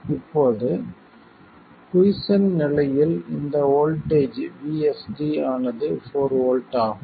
இப்போது குய்ஸ்சென்ட் நிலையில் இந்த வோல்ட்டேஜ் VSD ஆனது 4 வோல்ட் ஆகும்